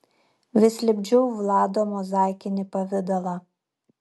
vis lipdžiau vlado mozaikinį pavidalą